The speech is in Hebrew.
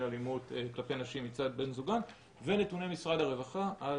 אלימות כלפי נשים מצד בן זוגן ונתוני משרד הרווחה על